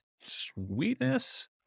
Sweetness